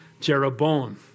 Jeroboam